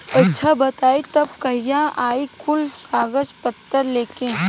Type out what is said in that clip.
अच्छा बताई तब कहिया आई कुल कागज पतर लेके?